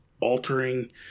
altering